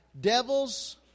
devils